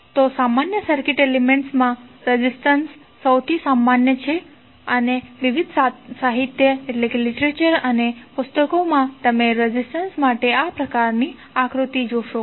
તો સામાન્ય circuit elements માં રેઝિસ્ટન્સ સૌથી સામાન્ય છે અને વિવિધ સાહિત્ય અને પુસ્તકોમાં તમે રેઝિસ્ટન્સ માટે આ પ્રકારની આકૃતિ જોશો